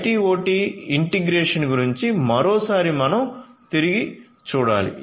IT OT integration గురించి మరోసారి మనం తిరిగిచూడాలి